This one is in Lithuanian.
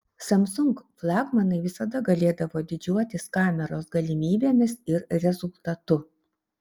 samsung flagmanai visada galėdavo didžiuotis kameros galimybėmis ir rezultatu